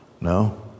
No